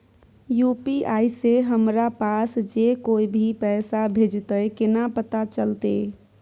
UPI से हमरा पास जे कोय भी पैसा भेजतय केना पता चलते?